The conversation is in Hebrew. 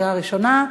קריאה ראשונה.